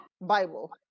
bible